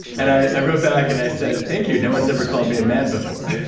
and i i wrote back and i said, thank you. no one has ever called me a man before.